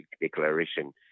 declaration